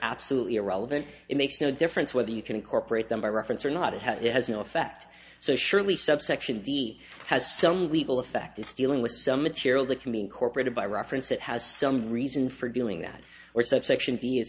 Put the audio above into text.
absolutely irrelevant it makes no difference whether you can incorporate them by reference or not it has no effect so surely subsection v has some legal effect is dealing with some material that can be incorporated by reference it has some reason for doing that or subsection d is